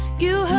you